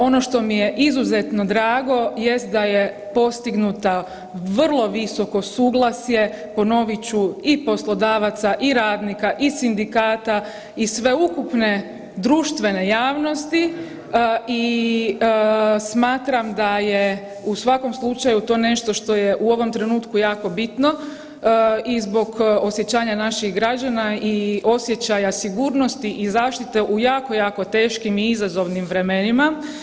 Ono što mi je izuzetno drago jest da je postignuta vrlo visoko suglasje, ponovit ću i poslodavaca i radnika i sindikata i sveukupne društvene javnosti i smatram da je u svakom slučaju to nešto što je u ovom trenutku jako bitno i zbog osjećanja naših građana i osjećaja sigurnosti i zaštite u jako, jako teškim i izazovnim vremenima.